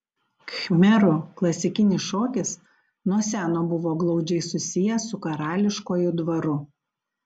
khmerų klasikinis šokis nuo seno buvo glaudžiai susijęs su karališkuoju dvaru